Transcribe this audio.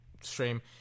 stream